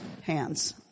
hands